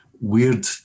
weird